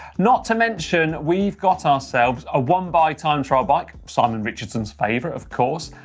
not to mention we've got ourselves a one buy time-trial bike simon richardson's favorite of course,